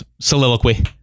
soliloquy